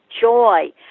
joy